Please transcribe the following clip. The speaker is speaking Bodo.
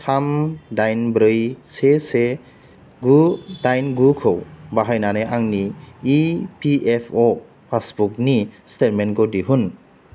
थाम दाइन ब्रै से से गु दाइन गुखौ बाहायनानै आंनि इ पि एफ अ' पासबुकनि स्टेटमेन्टखौ दिहुन